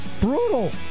Brutal